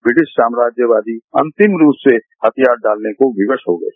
British सामाज्यवादी अंतिम रूप से हथियार डालने को विवरा हो गये